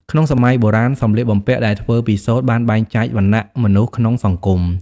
ក្នុងសម័យបុរាណ សម្លៀកបំពាក់ដែលធ្វើពីសូត្របានបែងចែកវណ្ណៈមនុស្សក្នុងសង្គម។